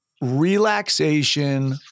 Relaxation